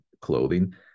clothing